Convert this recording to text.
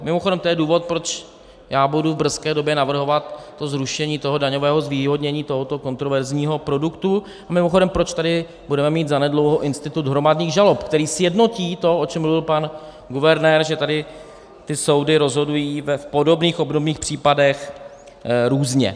Mimochodem, to je důvod, proč já budu v brzké době navrhovat zrušení daňového zvýhodnění tohoto kontroverzního produktu a proč tady budeme mít zanedlouho institut hromadných žalob, který sjednotí to, o čem mluvil pan guvernér, že tady soudy rozhodují v podobných, obdobných případech různě.